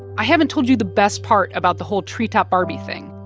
i haven't told you the best part about the whole treetop barbie thing.